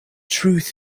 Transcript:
truth